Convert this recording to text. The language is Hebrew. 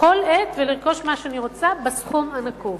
בכל עת, ולרכוש מה שאני רוצה בסכום הנקוב.